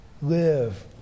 live